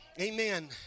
amen